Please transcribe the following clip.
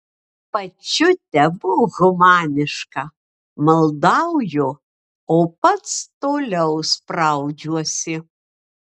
pačiute būk humaniška maldauju o pats toliau spraudžiuosi